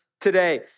today